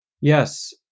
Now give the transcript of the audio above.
Yes